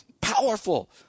powerful